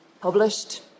published